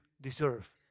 deserve